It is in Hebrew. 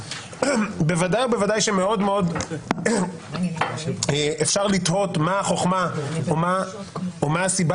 ובוודאי ובוודאי שאפשר לתהות מה החוכמה או מה הסיבה